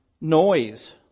noise